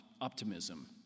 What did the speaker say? optimism